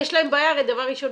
הרי דבר ראשון